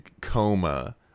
Coma